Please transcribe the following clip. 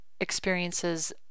experiences